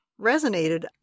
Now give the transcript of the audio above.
resonated